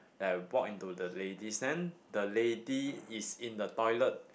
I walk into ladies then the lady is in the toilet